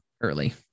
early